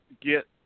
get